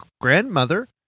grandmother